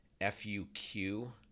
F-U-Q